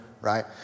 right